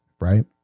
right